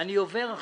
איך זה עובד